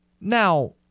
Now